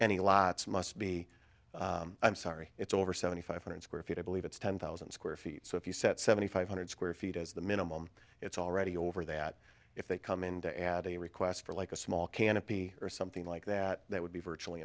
any lots must be i'm sorry it's over seventy five hundred square feet i believe it's ten thousand square feet so if you set seventy five hundred square feet as the minimum it's already over that if they come in to add a request for like a small canopy or something like that that would be virtually